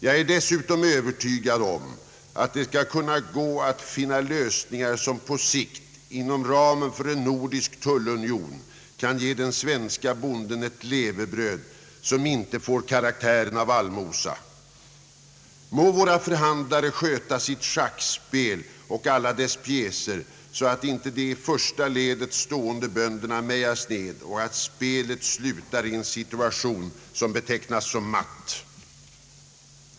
Jag är dessutom övertygad om att det skall kunna gå att finna lösningar som på sikt, inom ramen för en nordisk tullunion, kan ge den svenske bonden ett levebröd som inte får karaktären av allmosa. Må våra förhandlare sköta sitt schackspel och alla dess pjäser så, att inte de i första ledet stående bönderna mejas ned och att spelet slutar i en situation som betecknas som matt.